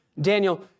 Daniel